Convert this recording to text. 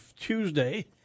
Tuesday